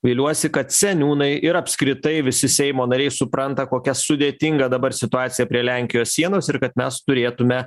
vyliuosi kad seniūnai ir apskritai visi seimo nariai supranta kokia sudėtinga dabar situacija prie lenkijos sienos ir kad mes turėtume